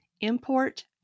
import